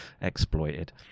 exploited